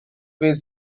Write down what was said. with